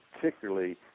particularly